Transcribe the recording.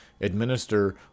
administer